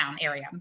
area